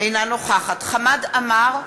אינה נוכחת חמד עמאר,